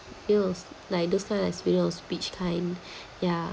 feels like those kind of experience or speech time ya